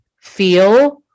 feel